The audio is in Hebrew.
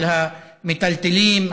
על המיטלטלין,